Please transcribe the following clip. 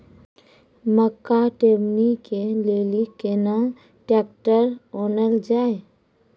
मक्का टेबनी के लेली केना ट्रैक्टर ओनल जाय?